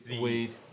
weed